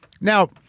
Now